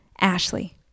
Ashley